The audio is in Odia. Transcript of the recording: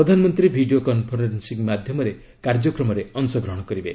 ପ୍ରଧାନମନ୍ତ୍ରୀ ଭିଡ଼ିଓ କନ୍ଫରେନ୍ସିଂ ମାଧ୍ୟମରେ କାର୍ଯ୍ୟକ୍ରମରେ ଅଂଶଗ୍ରହଣ କରିବେ